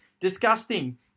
Disgusting